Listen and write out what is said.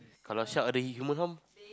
shark eat the human